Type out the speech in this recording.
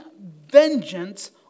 vengeance